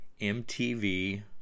MTV